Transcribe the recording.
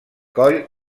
coll